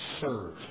serve